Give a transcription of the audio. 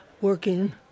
working